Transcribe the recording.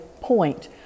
Point